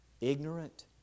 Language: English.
ignorant